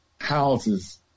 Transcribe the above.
houses